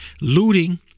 looting